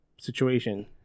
situation